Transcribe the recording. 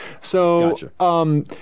So-